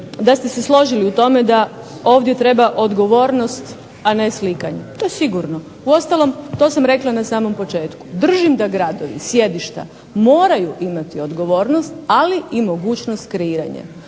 da ste se složili u tome da ovdje treba odgovornost a ne slikanje. To je sigurno, uostalom to sam rekla na samom početku. Držim da gradovi, sjedišta moraju imati odgovornost, ali i mogućnost kreiranja.